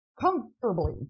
comfortably